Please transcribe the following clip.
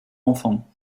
enfants